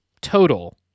total